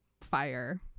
fire